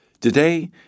Today